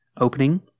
opening